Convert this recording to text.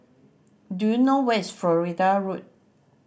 do you know where is Florida Road